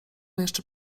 jeszcze